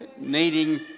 needing